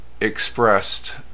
expressed